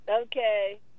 Okay